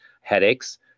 headaches